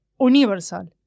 universal